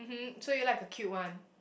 so you like a cute one